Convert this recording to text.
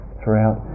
throughout